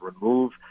remove